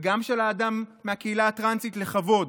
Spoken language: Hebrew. וגם של האדם מהקהילה הטרנסית, לכבוד.